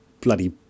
bloody